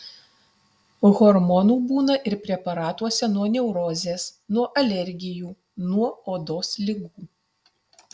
hormonų būna ir preparatuose nuo neurozės nuo alergijų nuo odos ligų